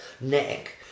neck